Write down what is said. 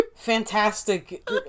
Fantastic